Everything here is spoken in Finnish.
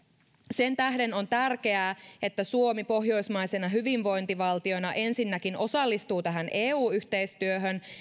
sen tähden on tärkeää että suomi pohjoismaisena hyvinvointivaltiona ensinnäkin osallistuu tähän eu yhteistyöhön